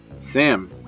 Sam